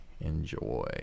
Enjoy